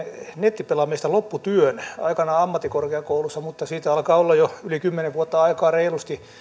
nettipelaamisesta lopputyön aikanaan ammattikorkeakoulussa mutta siitä alkaa olla jo yli kymmenen vuotta aikaa reilusti